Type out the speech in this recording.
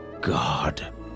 God